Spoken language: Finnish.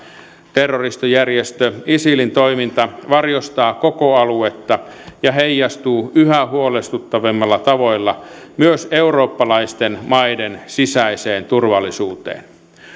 terroristijärjestö isilin toiminta varjostaa koko aluetta ja heijastuu yhä huolestuttavammilla tavoilla myös eurooppalaisten maiden sisäiseen turvallisuuteen